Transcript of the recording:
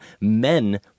men